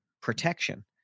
protection